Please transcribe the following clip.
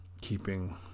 keeping